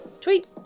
tweet